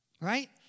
right